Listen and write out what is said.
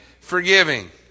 Forgiving